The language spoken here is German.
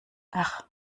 ach